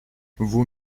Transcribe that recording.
vous